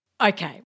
Okay